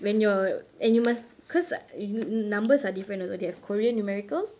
when your and you must because numbers are different also they have korean numericals